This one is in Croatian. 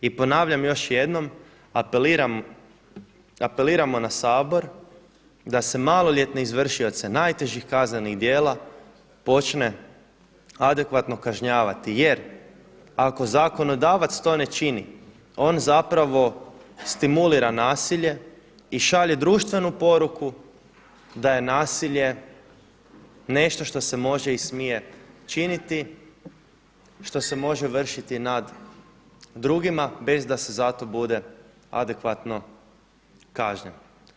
I ponavljam još jednom, apeliramo na Sabor da se maloljetne izvršioce najtežih kaznenih djela počne adekvatno kažnjavati, jer ako zakonodavac to ne čini, on zapravo stimulira nasilje i šalje društvenu poruku da je nasilje nešto što se može i smije činiti, što se može vršiti nad drugima da se za to bude adekvatno kažnjen.